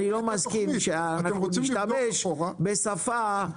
אתם רוצים לבדוק אחורה --- אני לא מסכים שאנחנו נשתמש בשפה רגועה.